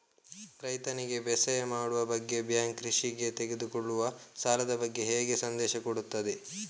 ರೈತನಿಗೆ ಬೇಸಾಯ ಮಾಡುವ ಬಗ್ಗೆ ಬ್ಯಾಂಕ್ ಕೃಷಿಗೆ ತೆಗೆದುಕೊಳ್ಳುವ ಸಾಲದ ಬಗ್ಗೆ ಹೇಗೆ ಸಂದೇಶ ಕೊಡುತ್ತದೆ?